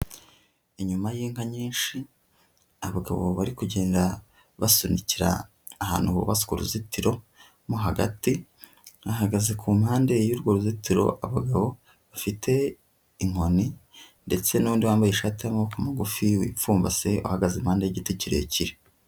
Inyuma y'inka nyinshi abagabo bari kugenda basunikira ahantu hubatswe uruzitiro mu hagati bahagaze ku mpande y'urwo ruzitiro, abagabo bafite inkoni ndetse n'undi wambaye ishati y'amaboko magufi wipfumbase uhagaze impande y'igiti kirekire.